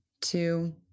two